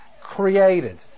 created